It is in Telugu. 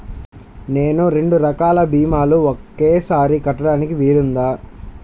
నేను రెండు రకాల భీమాలు ఒకేసారి కట్టడానికి వీలుందా?